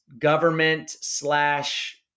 government/slash